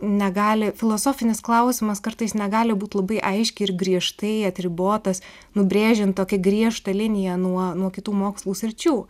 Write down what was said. negali filosofinis klausimas kartais negali būti labai aiškiai ir griežtai atribotas nubrėžiant tokią griežtą liniją nuo nuo kitų mokslų sričių